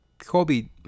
Kobe